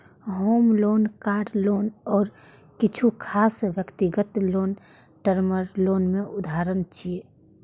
होम loan, car loan आ किछु खास व्यक्तिगत लोन टर्म लोन के उदाहरण छियै